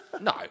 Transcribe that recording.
No